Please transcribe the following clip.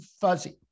fuzzy